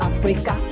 Africa